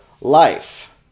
life